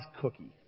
cookie